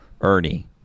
Ernie